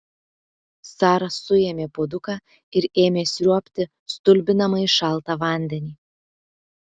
sara suėmė puoduką ir ėmė sriuobti stulbinamai šaltą vandenį